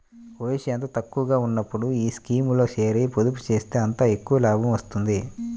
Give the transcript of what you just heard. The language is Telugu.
వయసు ఎంత తక్కువగా ఉన్నప్పుడు ఈ స్కీమ్లో చేరి, పొదుపు చేస్తే అంత ఎక్కువ లాభం వస్తుంది